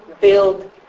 build